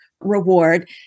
reward